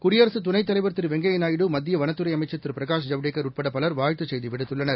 குடியரகத் துணைத்தலைவர் திருவெங்கையாநாயுடு மத்தியவனத்துறைஅமைச்ச் திருபிரகாஷ் ஜவடேக்கள் உட்படபலர் வாழ்த்துச் செய்திவிடுத்துள்ளனர்